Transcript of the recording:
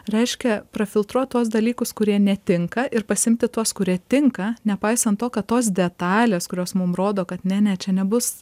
reiškia prafiltruot tuos dalykus kurie netinka ir pasiimti tuos kurie tinka nepaisant to kad tos detalės kurios mum rodo kad ne ne čia nebus